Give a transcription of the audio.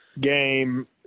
game